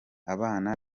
abana